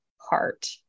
heart